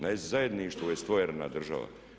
Na zajedništvu je stvorena država.